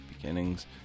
beginnings